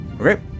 Okay